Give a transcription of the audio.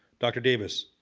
dr. davis.